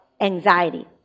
anxiety